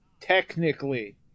technically